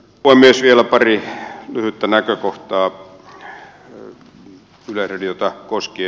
vielä pari lyhyttä näkökohtaa yleisradiota kos kien